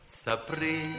sapri